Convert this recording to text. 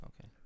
okay